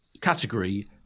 category